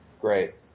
great